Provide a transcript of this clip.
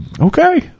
Okay